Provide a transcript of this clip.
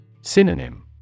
Synonym